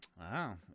Wow